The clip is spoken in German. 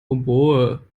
oboe